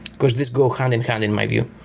because this go hand in hand in my view.